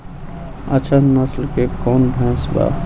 अच्छा नस्ल के कौन भैंस बा?